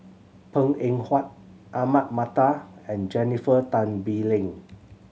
Png Eng Huat Ahmad Mattar and Jennifer Tan Bee Leng